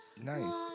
Nice